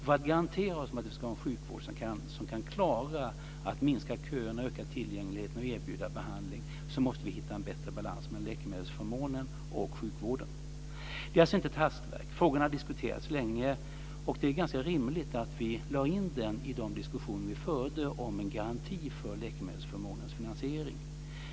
För att garantera oss om att vi ska ha en sjukvård som kan klara att minska köerna, öka tillgängligheten och erbjuda behandling måste vi hitta en bättre balans mellan läkemedelsförmånen och sjukvården. Det är alltså inte ett hastverk. Frågan har diskuterats länge, och det var ganska rimligt att vi lade in den i de diskussioner som vi förde om en garanti för läkemedelsförmånens finansiering.